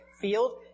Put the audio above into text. field